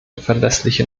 verlässlichen